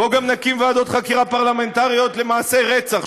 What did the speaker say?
בוא גם נקים ועדות חקירה פרלמנטריות למעשי רצח,